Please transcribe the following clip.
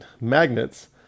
magnets